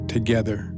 Together